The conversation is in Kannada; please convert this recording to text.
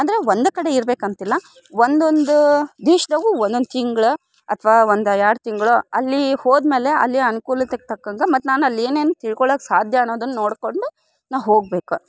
ಅಂದರೆ ಒಂದೇ ಕಡೆ ಇರ್ಬೇಕು ಅಂತಿಲ್ಲ ಒಂದೊಂದು ದೇಶದಾಗೂ ಒಂದೊಂದು ತಿಂಗ್ಳು ಅಥ್ವಾ ಒಂದು ಎರಡು ತಿಂಗಳೋ ಅಲ್ಲಿ ಹೋದಮೇಲೆ ಅಲ್ಲಿ ಅನ್ಕೂಲತೆಗೆ ತಕ್ಕಂತೆ ಮತ್ತು ನಾನು ಅಲ್ಲಿ ಏನೇನು ತಿಳ್ಕೊಳ್ಳೋಕೆ ಸಾಧ್ಯ ಅನ್ನೋದನ್ನು ನೋಡಿಕೊಂಡು ನಾನು ಹೋಗ್ಬೇಕು